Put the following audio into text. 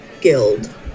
guild